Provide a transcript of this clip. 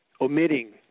omitting